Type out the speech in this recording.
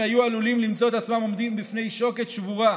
שהיו עלולים למצוא את עצמם עומדים בפני שוקת שבורה.